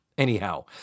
Anyhow